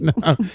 No